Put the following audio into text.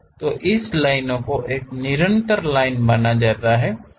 तो इस लाइन को एक निरंतर लाइन माना जाता है